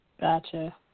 Gotcha